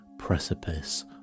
precipice